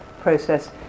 process